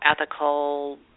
ethical